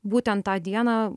būtent tą dieną